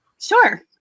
Sure